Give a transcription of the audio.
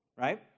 right